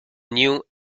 new